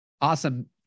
awesome